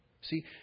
See